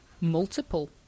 multiple